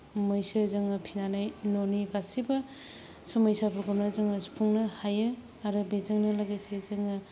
मैसो जोङो फिसिनानै न'नि गासैबो समस्याफोरखौनो जोङो सुफुंनो हायो आरो बेजोंनो लोगोसे जोङो